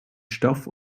stoff